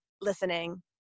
listening